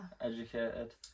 Educated